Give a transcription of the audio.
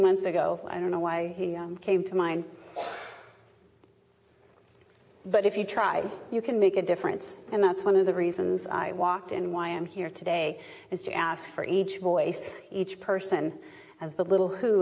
months ago i don't know why he came to mind but if you try you can make a difference and that's one of the reasons i walked and why i am here today is to ask for each voice each person has the little who